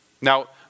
Now